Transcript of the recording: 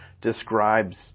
describes